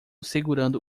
segurando